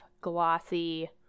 glossy